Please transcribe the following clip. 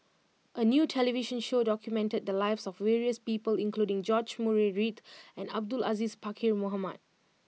a new television show documented the lives of various people including George Murray Reith and Abdul Aziz Pakkeer Mohamed